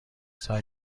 سعی